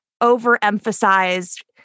overemphasized